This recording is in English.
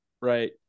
right